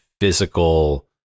physical